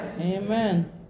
Amen